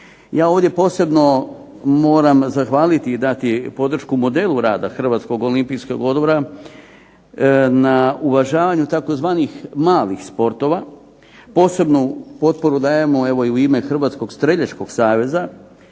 Ja ovdje moram posebno zahvaliti i dati podršku modelu rada Hrvatskog olimpijskog odbora na uvažavanju tzv. malih sportova, posebno potporu dajemo u ime Hrvatskog streljačkog saveza